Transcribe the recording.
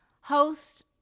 host